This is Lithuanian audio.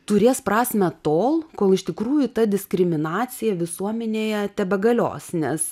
turės prasmę tol kol iš tikrųjų ta diskriminacija visuomenėje tebegalios nes